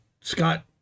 Scott